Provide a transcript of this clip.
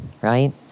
right